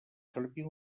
servir